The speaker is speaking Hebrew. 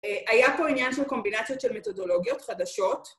‫היה פה עניין של קומבינציות ‫של מתודולוגיות חדשות.